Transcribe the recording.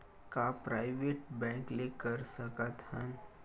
का private bank ले कर सकत हन?